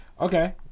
Okay